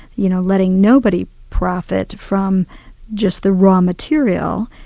you know letting nobody profit from just the raw material,